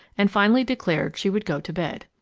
and finally declared she would go to bed.